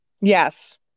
yes